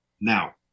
Now